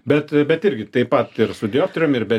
bet bet irgi taip pat ir su dioptrijom ir be